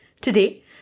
Today